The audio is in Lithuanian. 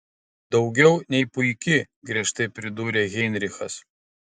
daugiau nei puiki griežtai pridūrė heinrichas